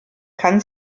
kann